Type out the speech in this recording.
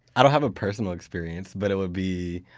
i don't have a personal experience but it would be,